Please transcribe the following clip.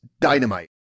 dynamite